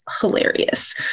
hilarious